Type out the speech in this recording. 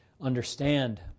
understand